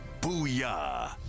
Booyah